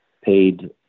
paid